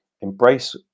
embrace